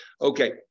Okay